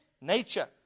Nature